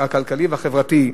הכלכלי והחברתי,